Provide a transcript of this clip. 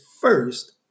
first